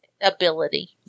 ability